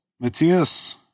Matthias